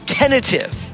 tentative